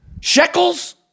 shekels